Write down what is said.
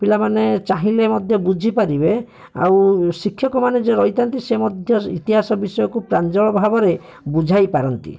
ପିଲାମାନେ ଚାହିଁଲେ ମଧ୍ୟ ବୁଝିପାରିବେ ଆଉ ଶିକ୍ଷକମାନେ ଯେ ରହିଥାନ୍ତି ସେ ମଧ୍ୟ ଇତିହାସ ବିଷୟକୁ ପ୍ରାଞ୍ଜଳ ଭାବରେ ବୁଝାଇ ପାରନ୍ତି